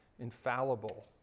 infallible